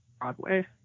Broadway